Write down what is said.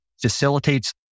facilitates